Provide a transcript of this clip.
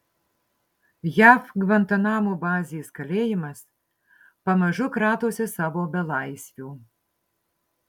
jav gvantanamo bazės kalėjimas pamažu kratosi savo belaisvių